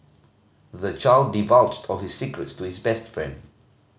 the child divulged all his secrets to his best friend